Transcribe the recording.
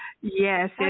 yes